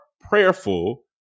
prayerful